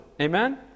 Amen